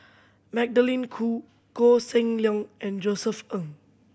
Magdalene Khoo Koh Seng Leong and Josef Ng